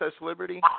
Liberty